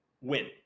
win